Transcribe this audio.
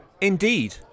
Indeed